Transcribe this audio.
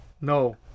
No